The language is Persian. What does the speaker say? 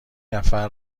نفر